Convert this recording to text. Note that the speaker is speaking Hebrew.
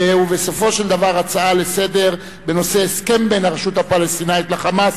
ובסופו של דבר הצעה לסדר-היום בנושא: הסכם בין הרשות הפלסטינית ל"חמאס",